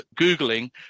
Googling